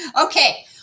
Okay